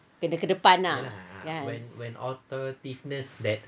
kena ke depan lah ya